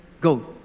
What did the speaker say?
go